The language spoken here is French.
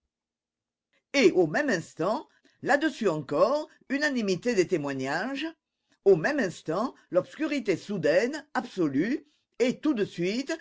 et au même instant là-dessus encore unanimité des témoignages au même instant l'obscurité soudaine absolue et tout de suite